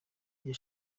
iryo